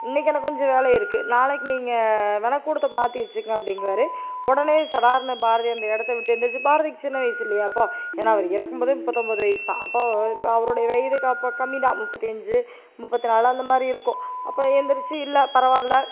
இன்றைக்கு எனக்கு கொஞ்சம் வேலை இருக்குது நாளைக்கு நீங்கள் வேணால் கூட்டத்தை மாற்றி வெச்சுக்கங்க அப்படிங்குவாரு உடனே சடார்னு பாரதி அந்த இடத்த விட்டு எந்திருச்சு பாரதிக்கு சின்ன வயது இல்லையா அப்போது ஏன்னால் அவர் இறக்கும்போதே முப்பத்தொன்போது வயது தான் அப்போது அவரோடைய வயதுக்கு அப்போது கம்மி தான் முற்பத்தி அஞ்சு முற்பத்தி நாலு அந்த மாதிரி இருக்கும் அப்போது எந்திரிச்சி இல்லை பரவாயில்ல